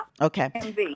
okay